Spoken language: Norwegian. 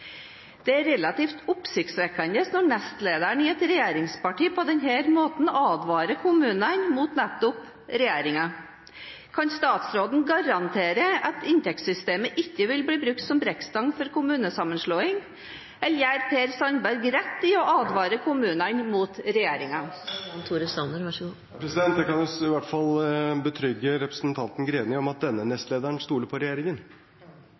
nestlederen i et regjeringsparti på denne måten advarer kommunene mot nettopp regjeringen. Kan statsråden garantere at inntektssystemet ikke vil bli brukt som brekkstang for kommunesammenslåing? Eller gjør Per Sandberg rett i å advare kommunene mot regjeringen? Jeg kan i hvert fall betrygge representanten Greni med at denne nestlederen stoler på regjeringen!